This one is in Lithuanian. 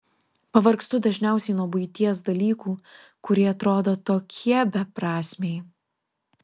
pavargstu dažniausiai nuo buities dalykų kurie atrodo tokie beprasmiai